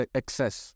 excess